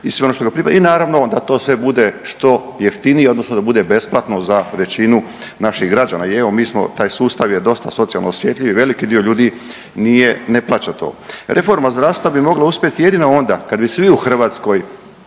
i naravno da to sve skupa bude što jeftinije odnosno da bude besplatno za većinu naših građana. I evo mi smo, taj sustav je dosta socijalno osjetljiv i velik dio ljudi nije, ne plaća to. Reforma zdravstva bi mogla uspjeti jedino onda kad bi svi u Hrvatskoj,